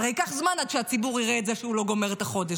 הרי ייקח זמן עד שהציבור יראה את זה שהוא לא גומר את החודש.